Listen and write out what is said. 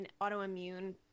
autoimmune